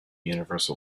universal